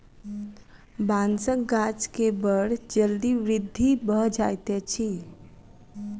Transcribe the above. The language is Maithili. बांसक गाछ के बड़ जल्दी वृद्धि भ जाइत अछि